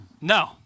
No